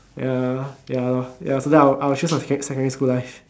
ya ya lor ya after that I'll I'll choose my secondary school life